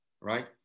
right